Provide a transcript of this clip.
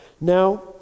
Now